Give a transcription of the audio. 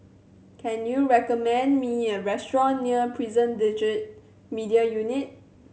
can you recommend me a restaurant near Prison Digital Media Unit